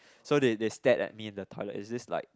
so they they stared at me in the toilet is this like